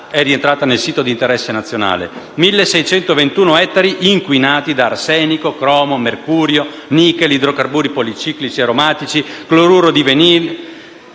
è rientrata nel sito di interesse nazionale; 1.621 ettari inquinati da arsenico, cromo, mercurio, nickel, idrocarburi policiclici e aromatici, cloruro di vinile,